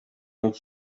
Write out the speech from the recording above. n’iki